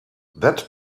that